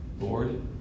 Lord